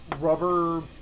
rubber